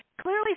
clearly